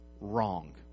wrong